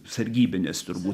sargybinis turbūt